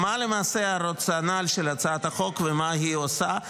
למעשה, מה הרציונל של הצעת החוק ומה היא עושה?